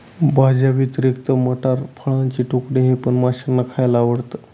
भाज्यांव्यतिरिक्त मटार, फळाचे तुकडे हे पण माशांना खायला आवडतं